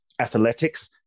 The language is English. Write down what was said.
athletics